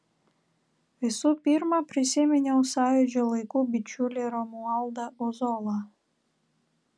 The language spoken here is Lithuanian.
visų pirma prisiminiau sąjūdžio laikų bičiulį romualdą ozolą